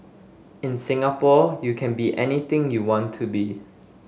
in Singapore you can be anything you want to be